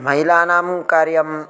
महिलानां कार्यम्